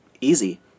easy